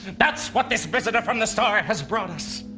that's what this visitor from the star has brought us,